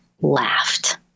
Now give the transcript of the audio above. laughed